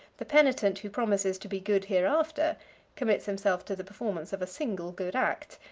the penitent who promises to be good hereafter commits himself to the performance of a single good act,